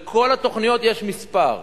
לכל התוכניות יש מספר.